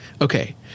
Okay